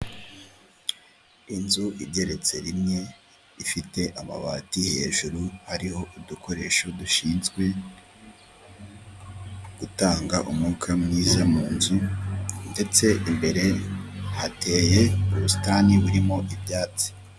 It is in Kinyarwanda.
Inzu igeretse rimwe ifite amabati hejuru hariho udukoresho dushinzwe gutanga umwuka mwiza mu nzu ndetse imbere hateye ubusitani burimo ibyatsi.